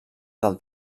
del